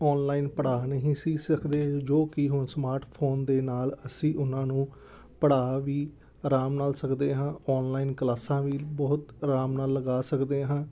online ਪੜ੍ਹਾ ਨਹੀਂ ਸੀ ਸਕਦੇ ਜੋ ਕਿ ਹੁਣ ਸਮਾਰਟ ਫੋਨ ਦੇ ਨਾਲ ਅਸੀਂ ਉਹਨਾਂ ਨੂੰ ਪੜ੍ਹਾ ਵੀ ਆਰਾਮ ਨਾਲ ਸਕਦੇ ਹਾਂ ਔਨਲਾਈਨ ਕਲਾਸਾਂ ਵੀ ਬਹੁਤ ਆਰਾਮ ਨਾਲ ਲਗਾ ਸਕਦੇ ਹਾਂ